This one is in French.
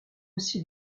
aussi